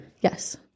Yes